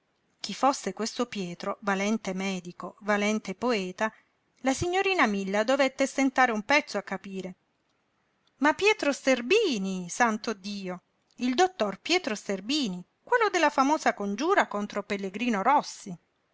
chi fosse questo pietro valente medico valente poeta la signorina milla dovette stentare un pezzo a capire ma pietro sterbini santo dio il dottor pietro sterbini quello della famosa congiura contro pellegrino rossi